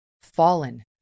Fallen